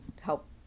help